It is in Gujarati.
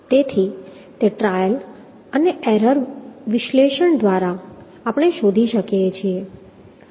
તેથી તે ટ્રાયલ અને એરર વિશ્લેષણ દ્વારા આપણે શોધી શકીએ છીએ